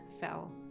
fell